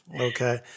Okay